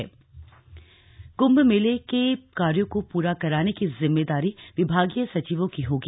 CM कंभ बैठक कुंभ मेले के कार्यों को पूरा कराने की जिम्मेदारी विभागीय सचिवों की होगी